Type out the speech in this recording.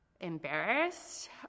embarrassed